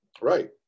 right